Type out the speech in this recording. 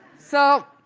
so,